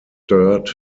sturt